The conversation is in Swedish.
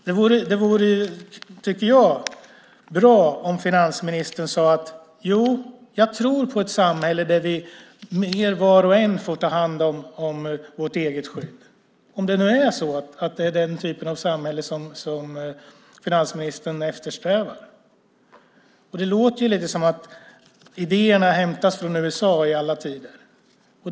Det vore, tycker jag, bra om finansministern sade att han tror på ett samhälle där var och en får ta hand om sitt eget skydd, om det nu är den typen av samhälle som finansministern eftersträvar. Det låter lite som att idéerna hämtas från USA i alla tider.